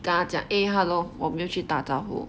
跟他讲 eh hello 我没有去打招呼